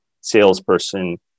salesperson